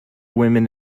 women